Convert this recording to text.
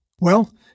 Well